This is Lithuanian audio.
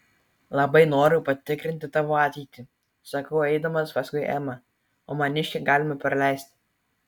labai noriu patikrinti tavo ateitį sakau eidamas paskui emą o maniškę galime praleisti